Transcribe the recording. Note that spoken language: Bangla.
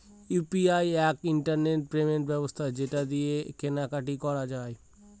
ইউ.পি.আই এক ইন্টারনেট পেমেন্ট ব্যবস্থা যেটা দিয়ে কেনা কাটি করা যায়